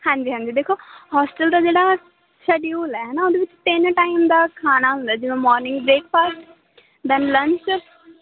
ਹਾਂਜੀ ਹਾਂਜੀ ਦੇਖੋ ਹੋਸਟਲ ਦਾ ਜਿਹੜਾ ਸ਼ੈਡਿਊਲ ਹੈ ਹੈ ਨਾ ਉਹਦੇ ਵਿੱਚ ਤਿੰਨ ਟਾਈਮ ਦਾ ਖਾਣਾ ਹੁੰਦਾ ਜਿਵੇਂ ਮੋਰਨਿੰਗ ਬ੍ਰੇਕਫਾਸਟ ਦੈਨ ਲੰਚ